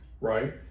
right